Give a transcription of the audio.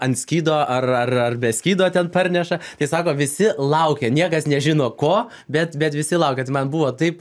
ant skydo ar ar ar be skydo ten parneša tai sako visi laukia niekas nežino ko bet bet visi laukia tai man buvo taip